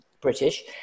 British